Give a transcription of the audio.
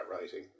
writing